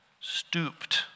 stooped